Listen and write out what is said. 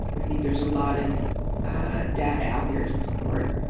i think there's a lot of data out there to support,